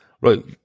right